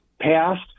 passed